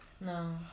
No